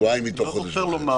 שבועיים מתוך חודש וחצי.